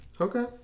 okay